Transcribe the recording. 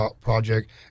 project